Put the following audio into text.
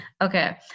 okay